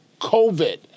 COVID